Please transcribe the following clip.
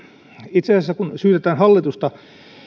itse asiassa kun syytetään hallitusta